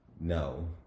no